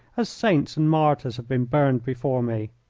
as saints and martyrs have been burned before me.